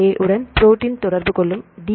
ஏ உடன் புரோட்டின் தொடர்பு கொள்ளும் டி